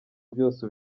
byose